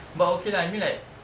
but okay lah I mean like